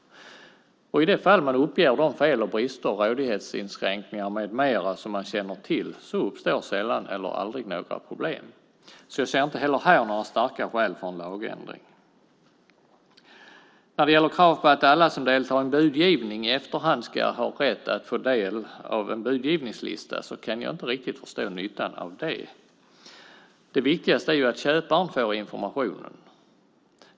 I det fall man uppger de fel och brister, rådighetsinskränkningar med mera som man känner till, uppstår sällan eller aldrig några problem. Jag ser inte heller här några starka skäl för en lagändring. Kravet på att alla som deltar i en budgivning i efterhand ska ha rätt att få del av en budgivningslista kan jag inte riktigt förstå nyttan av. Det viktigaste är att köparen får informationen.